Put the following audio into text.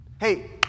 Hey